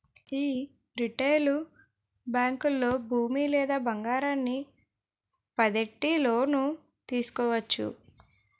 యీ రిటైలు బేంకుల్లో భూమి లేదా బంగారాన్ని పద్దెట్టి లోను తీసుకోవచ్చు